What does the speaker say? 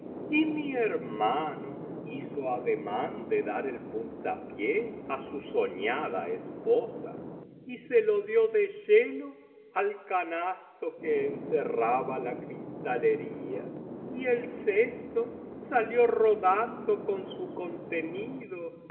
y mi hermano hizo ademán de dar el puntapié á su soñada esposa y se lo dio de lleno al canasto que encerraba la cristalería y el cesto salió rodando con su contenido y